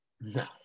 no